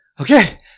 Okay